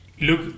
look